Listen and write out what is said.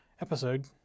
episode